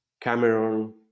Cameron